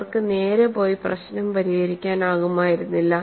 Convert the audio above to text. അവർക്ക് നേരെ പോയി പ്രശ്നം പരിഹരിക്കാനാകുമായിരുന്നില്ല